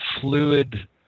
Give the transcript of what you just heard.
fluid